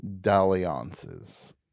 dalliances